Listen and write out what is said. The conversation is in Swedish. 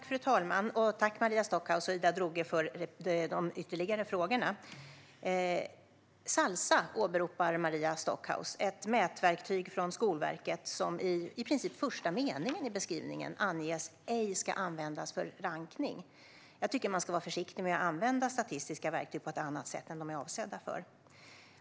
Fru talman! Jag tackar Maria Stockhaus och Ida Drougge för de ytterligare frågorna. Maria Stockhaus åberopar Salsa, ett mätverktyg från Skolverket. Men i princip i första meningen i beskrivningen anges det att det ej ska användas för rankning. Jag tycker att man ska vara försiktig med att använda statistiska verktyg på ett annat sätt än de är avsedda för.